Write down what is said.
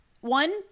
One